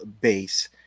base